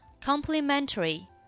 Complimentary